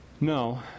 No